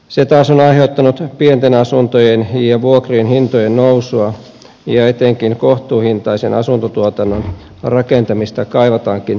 se taas on aiheuttanut pienten asuntojen ja vuokrien hintojen nousua ja etenkin kohtuuhintaisen asuntotuotannon rakentamista kaivataankin huomattavasti lisää